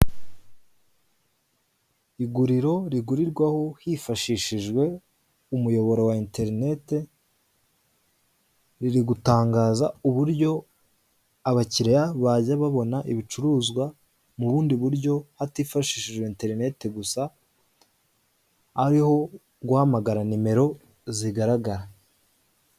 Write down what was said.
Iguriro rigurirwaho hifashishijwe umuyoboro wa interinete riri gutangaza uburyo abakiliya bajya babona ibicuruzwa mu bundi buryo hatifashishijwe interineti gusa, ari ho guhamagara nimero zigaragara